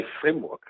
framework